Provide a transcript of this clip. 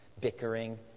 Bickering